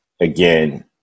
Again